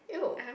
!eww!